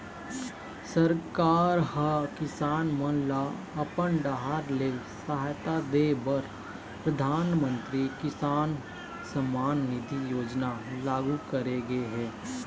सरकार ह किसान मन ल अपन डाहर ले सहायता दे बर परधानमंतरी किसान सम्मान निधि योजना लागू करे गे हे